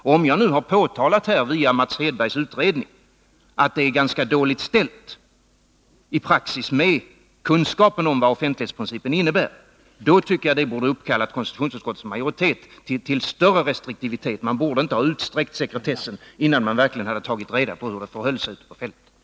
Om jag här, via Mats Hedbergs utredning, har påtalat att det i praxis är Nr 49 ganska dåligt ställt med kunskapen om vad offentlighetsprincipen innebär, Tisdagen den borde det uppkalla konstitutionsutskottets majoritet till större restriktivitet. 14 december 1982 Man borde inte utsträcka sekretessen innan man verkligen tagit reda på hur det förhåller sig. Ändringar i sek